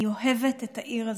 אני אוהבת את העיר הזאת.